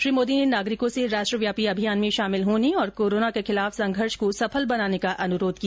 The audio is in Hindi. श्री मोदी ने नागरिको से राष्ट्रव्यापी अभियान में शामिल होने और कोराना के खिलाफ संघर्ष को सफल बनाने का अनुरोध किया